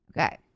Okay